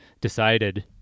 decided